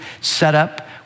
setup